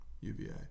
UVA